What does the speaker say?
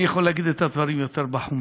אני יכול להגיד את הדברים יותר בחומרה.